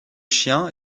chien